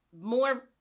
more